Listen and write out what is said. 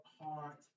heart